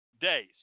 days